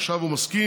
עכשיו הוא מסכים.